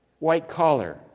White-collar